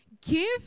give